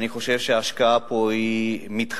אני חושב שההשקעה פה מתחייבת.